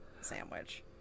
sandwich